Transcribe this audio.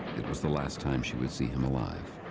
it was the last time she would see him alive.